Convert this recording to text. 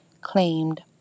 claimed